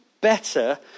better